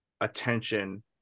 attention